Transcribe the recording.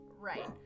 Right